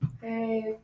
Hey